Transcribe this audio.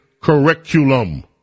curriculum